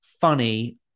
funny